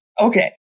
Okay